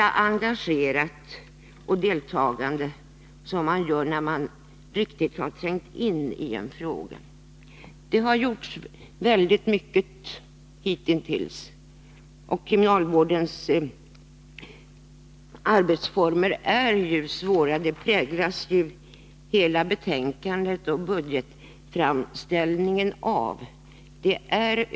Den som riktigt har trängt in i frågan har ju möjlighet därtill. På detta område har redan mycket gjorts. Men frågan om kriminalvårdens arbetsformer är ett svårt problem, vilket hela betänkandet och budgetfram ställningen präglas av.